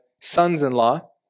sons-in-law